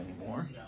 anymore